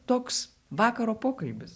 toks vakaro pokalbis